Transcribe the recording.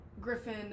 griffin